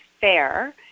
fair